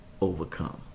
overcome